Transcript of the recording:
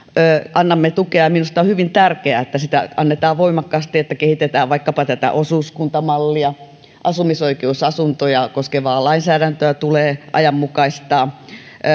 annamme tukea ja minusta on hyvin tärkeää että sitä annetaan voimakkaasti kehitetään vaikkapa tätä osuuskuntamallia asumisoikeusasuntoja koskevaa lainsäädäntöä tulee ajanmukaistaa